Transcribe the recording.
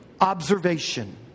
observation